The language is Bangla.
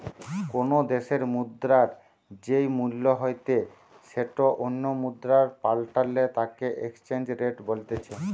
কোনো দ্যাশের মুদ্রার যেই মূল্য হইতে সেটো অন্য মুদ্রায় পাল্টালে তাকে এক্সচেঞ্জ রেট বলতিছে